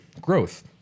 growth